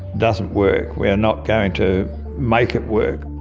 doesn't work. we are not going to make it work.